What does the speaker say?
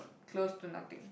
close to nothing